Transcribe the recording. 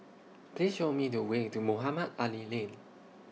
Please Show Me The Way to Mohamed Ali Lane